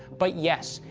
but, yes,